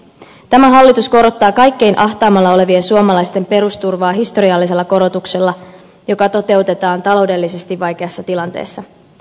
tämä hallitus korottaa kaikkein ahtaimmalla olevien suomalaisten perusturvaa historiallisella korotuksella joka toteutetaan taloudellisesti vaikeassa tilanteessa